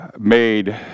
made